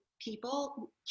people